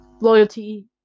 loyalty